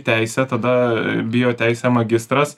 teisė tada bioteisė magistras